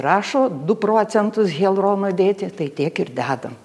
rašo du procentus hialurono dėti tai tiek ir dedam